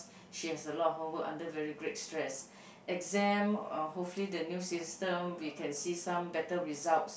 she has a lot of homework under very great stress exam uh hopefully the new system we can see some better results